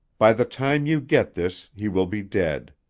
by the time you get this, he will be dead.